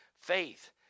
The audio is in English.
faith